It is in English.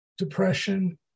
depression